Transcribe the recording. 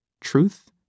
truth